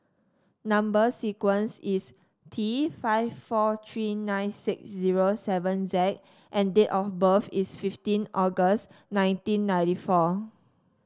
number sequence is T five four three nine six zero seven Z and date of birth is fifteen August nineteen ninety four